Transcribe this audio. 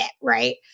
right